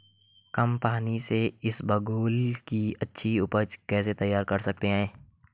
कम पानी से इसबगोल की अच्छी ऊपज कैसे तैयार कर सकते हैं?